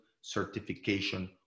certification